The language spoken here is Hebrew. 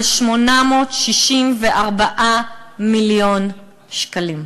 על 864 מיליון שקלים.